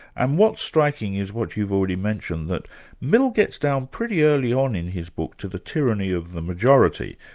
and what's striking is what you've already mentioned, that mill gets down pretty early on in his book to the tyranny of the majority,